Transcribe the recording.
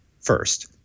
first